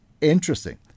Interesting